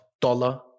dollar